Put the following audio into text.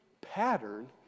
pattern